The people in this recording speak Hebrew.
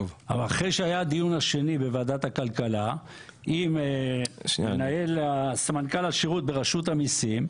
אבל אחרי שהיה הדיון השני בוועדת הכלכלה עם סמנכ"ל השירות ברשות המיסים,